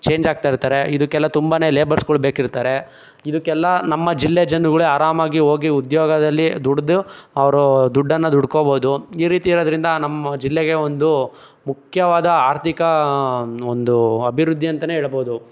ಚೇಂಜಾಗ್ತಾಯಿರ್ತಾರೆ ಇದಕ್ಕೆಲ್ಲ ತುಂಬಾ ಲೇಬರ್ಸ್ಗಳು ಬೇಕಿರ್ತಾರೆ ಇದಕ್ಕೆಲ್ಲ ನಮ್ಮ ಜಿಲ್ಲೆ ಜನಗಳೇ ಆರಾಮಾಗಿ ಹೋಗಿ ಉದ್ಯೋಗದಲ್ಲಿ ದುಡಿದು ಅವರು ದುಡ್ಡನ್ನು ದುಡ್ಕೊಬೋದು ಈ ರೀತಿ ಇರೋದ್ರಿಂದ ನಮ್ಮ ಜಿಲ್ಲೆಗೆ ಒಂದು ಮುಖ್ಯವಾದ ಆರ್ಥಿಕ ಒಂದು ಅಭಿವೃದ್ಧಿ ಅಂತನೇ ಏಳ್ಬೋದು